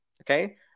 Okay